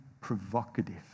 provocative